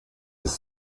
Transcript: des